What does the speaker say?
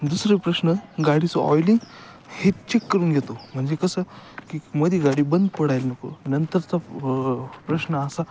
दुसरे प्रश्न गाडीचं ऑइलिंग हे चेक करून घेतो म्हणजे कसं की मध्ये गाडी बंद पडायला नको नंतरचा प्रश्न असा